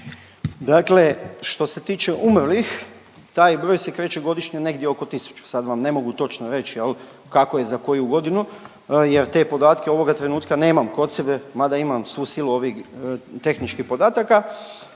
Dakle što se tiče umrlih, taj broj se kreće godišnje nego oko 1000, sad vam ne mogu točno reći, je li, kao je za koju godinu jer te podatke ovoga trenutka nemam kod sebe, mada imam svu silu ovih tehničkih podataka,